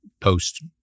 post